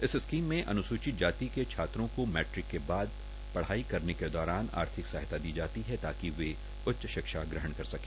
इस क म म अनुसू चत जा त के छा को मै क के बाद पढ़ाई करने के दौरान आ थक सहायता द जाती है ता क वे उ च श ा हण कर सक